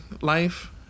life